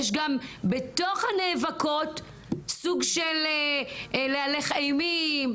יש גם בתוך הנאבקות סוג של להלך אימים ואלימות,